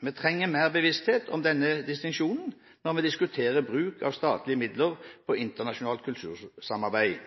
Vi trenger mer bevissthet om denne distinksjonen når vi diskuterer bruk av statlige midler på internasjonalt kultursamarbeid.